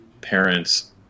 parents